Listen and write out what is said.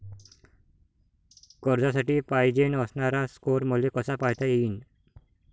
कर्जासाठी पायजेन असणारा स्कोर मले कसा पायता येईन?